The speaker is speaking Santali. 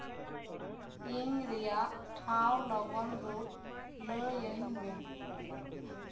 ᱤᱧ ᱨᱮᱭᱟᱜ ᱴᱷᱟᱶ ᱞᱚᱜᱚᱱ ᱨᱩᱴ ᱞᱟᱹᱭᱟᱹᱧ ᱢᱮ